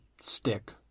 stick